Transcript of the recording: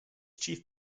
chief